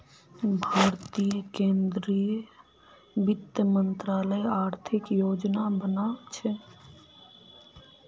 भारतीय केंद्रीय वित्त मंत्रालय आर्थिक योजना बना छे